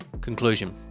Conclusion